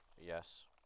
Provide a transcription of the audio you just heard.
Yes